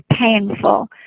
painful